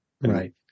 Right